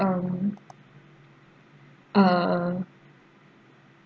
um uh